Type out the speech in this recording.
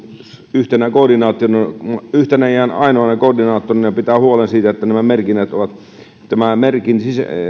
yhtenä ja ainoana koordinaattorina pitää huolen siitä että tämän merkin